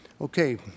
Okay